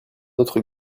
autre